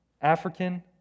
African